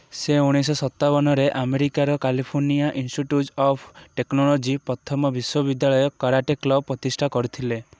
ସେ ଉଣେଇଶହ ସତାବନରେ ଆମେରିକାର କାଲିଫର୍ଣ୍ଣିଆ ଇନଷ୍ଟିଚ୍ୟୁଟ୍ ଅଫ୍ ଟେକ୍ନୋଲୋଜି ପ୍ରଥମ ବିଶ୍ୱବିଦ୍ୟାଳୟ କରାଟେ କ୍ଲବ୍ ପ୍ରତିଷ୍ଠା କରିଥିଲେ